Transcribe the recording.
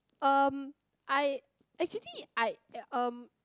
um I actually I um